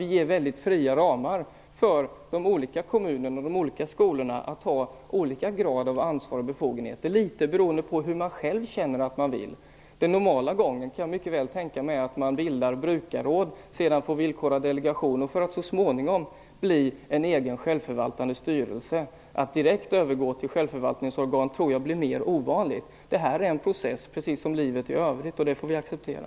Vi ger de olika kommunerna och de olika skolorna fria ramar. Man kan välja olika grad av ansvar och befogenheter, beroende på hur man själv känner att man vill. Jag kan mycket väl tänka mig att den normala gången är att bilda brukarråd, sedan får villkor av delegationen och så småningom blir en egen självförvaltande styrelse. Att direkt övergå till självförvaltningsorgan tror jag blir mer ovanligt. Detta är en process, precis som livet i övrigt. Det får vi acceptera.